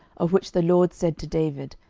of which the lord said to david,